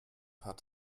hat